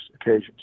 occasions